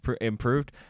improved